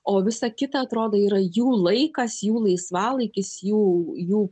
o visa kita atrodo yra jų laikas jų laisvalaikis jų jų